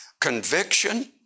conviction